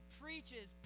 preaches